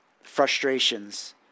Frustrations